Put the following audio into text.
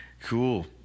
Cool